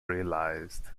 released